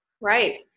Right